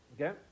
Okay